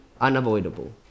unavoidable